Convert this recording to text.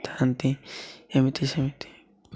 ଥାନ୍ତି ଏମିତି ସେମିତି